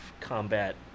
combat